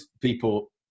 people